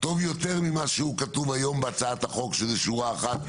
טוב יותר ממה שהוא כתוב היום בהצעת החוק שזו שורה אחת,